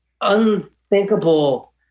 unthinkable